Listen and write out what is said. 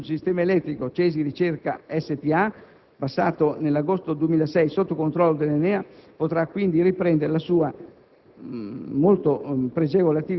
Il prestigioso centro di ricerche sul sistema elettrico CESI RICERCA SpA, passato nell'agosto 2006 sotto controllo dell'ENEA, potrà quindi riprendere la sua